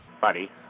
buddy